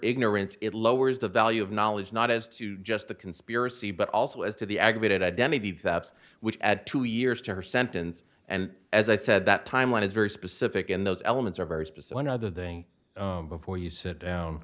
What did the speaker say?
ignorance it lowers the value of knowledge not as to just the conspiracy but also as to the aggravated identity theft which at two years to her sentence and as i said that timeline is very specific and those elements are very specific other thing before you sit down